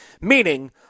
meaning